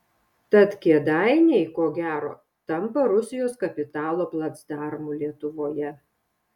tad kėdainiai ko gero tampa rusijos kapitalo placdarmu lietuvoje